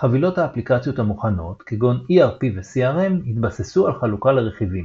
חבילות האפליקציות המוכנות כגון ERP ו-CRM התבססו על חלוקה לרכיבים.